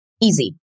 Easy